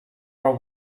are